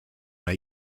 make